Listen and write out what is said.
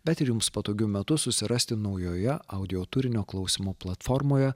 bet ir jums patogiu metu susirasti naujoje audio turinio klausymo platformoje